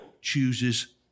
chooses